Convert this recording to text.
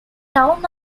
town